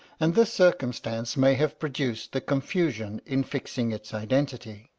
and this circumstance may have produced the confusion in fixing its identity.